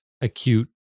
acute